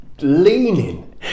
Leaning